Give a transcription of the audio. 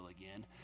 again